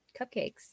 cupcakes